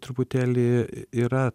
truputėlį yra